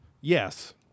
yes